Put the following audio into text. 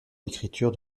l’écriture